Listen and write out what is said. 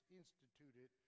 instituted